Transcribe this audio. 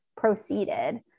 proceeded